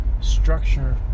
structure